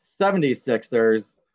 76ers